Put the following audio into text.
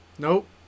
Nope